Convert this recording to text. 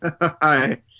Hi